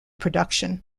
production